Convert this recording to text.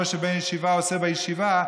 כמו שבן ישיבה עושה בישיבה,